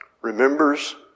remembers